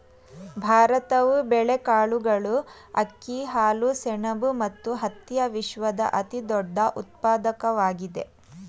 ಭಾರತವು ಬೇಳೆಕಾಳುಗಳು, ಅಕ್ಕಿ, ಹಾಲು, ಸೆಣಬು ಮತ್ತು ಹತ್ತಿಯ ವಿಶ್ವದ ಅತಿದೊಡ್ಡ ಉತ್ಪಾದಕವಾಗಿದೆ